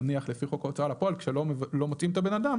נניח לפי חוק ההוצאה לפועל כשלא מוצאים את בן האדם